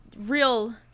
real